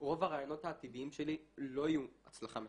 רוב הרעיונות העתידיים שלי לא יהיו הצלחה מסחררת,